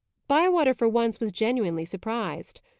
bywater for once was genuinely surprised.